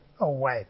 away